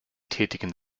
tätigen